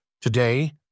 Today